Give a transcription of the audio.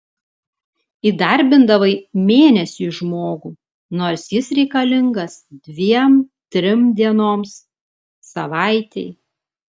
įdarbindavai mėnesiui žmogų nors jis reikalingas dviem trim dienoms savaitei